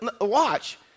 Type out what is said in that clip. watch